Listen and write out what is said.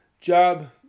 job